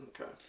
Okay